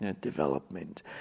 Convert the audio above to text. development